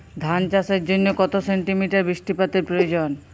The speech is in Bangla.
ধান চাষের জন্য কত সেন্টিমিটার বৃষ্টিপাতের প্রয়োজন?